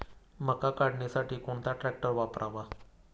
मका काढणीसाठी कोणता ट्रॅक्टर वापरावा?